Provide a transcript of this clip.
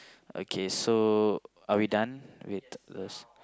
okay so are we done with the